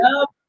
up